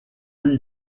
lui